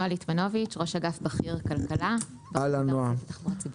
אני ראש אגף בכיר כלכלה ברשות הארצית לתחבורה ציבורית.